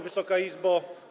Wysoka Izbo!